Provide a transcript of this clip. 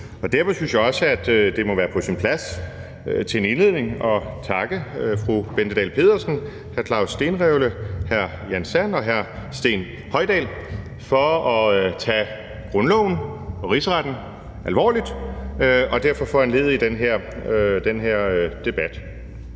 Derfor synes jeg også, det må være på sin plads til en indledning at takke fru Bente Dahl Pedersen, hr. Claus Stenrevle, hr. Jan Sand og hr. Steen Højdal for at tage grundloven og Rigsretten alvorligt og derved foranledige den her debat.